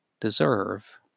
deserve